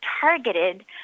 targeted